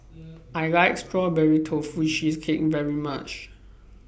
I like Strawberry Tofu Cheesecake very much